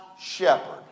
shepherd